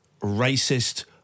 racist